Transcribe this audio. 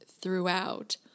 throughout